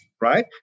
right